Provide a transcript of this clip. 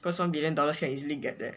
cause one billion dollars can easily get that